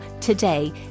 today